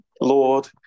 Lord